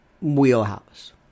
wheelhouse